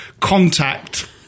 contact